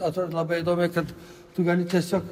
atrodo labai įdomiai kad tu gali tiesiog